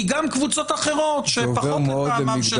כי גם קבוצות אחרות שהן פחות לטעמם של